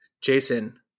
Jason